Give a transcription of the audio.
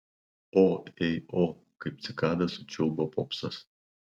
o ei o kaip cikada sučiulbo popsas